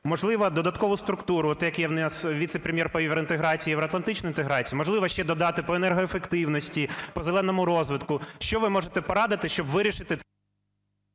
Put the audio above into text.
Можливо, додаткову структуру, от як є в нас віце-прем'єр по євроінтеграції і євроатлантичній інтеграції. Можливо, ще додати по енергоефективності, по "зеленому розвитку". Що ви можете порадити, щоб вирішити…